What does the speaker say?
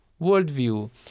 worldview